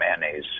mayonnaise